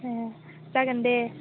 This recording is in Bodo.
ए जागोन दे